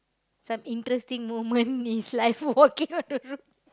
some interesting moment in his life walking on the road